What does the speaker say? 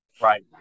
Right